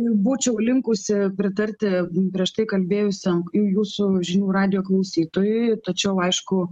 būčiau linkusi pritarti prieš tai kalbėjusiam jūsų žinių radijo klausytojui tačiau aišku